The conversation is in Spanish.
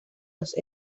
los